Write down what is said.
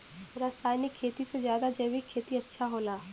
रासायनिक खेती से ज्यादा जैविक खेती अच्छा होला